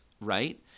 right